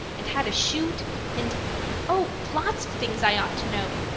and how to shoot and oh, lots of things i ought to know.